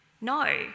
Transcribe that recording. No